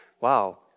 wow